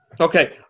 Okay